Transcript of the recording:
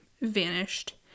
vanished